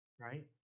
right